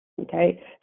Okay